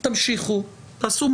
תיזהרו בלשונכם.